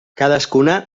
cadascuna